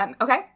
Okay